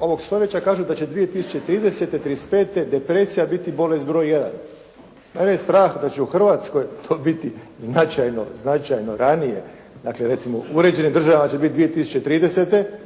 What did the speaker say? ovog stoljeća kažu da će 2030., 2035. depresija biti bolest broj jedan. Mene je strah da će u Hrvatskoj to biti značajno ranije. Dakle recimo, u uređenim državama će biti 2030.,